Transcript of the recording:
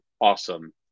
awesome